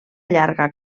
llarga